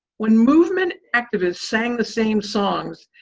when movement activists sang the same songs,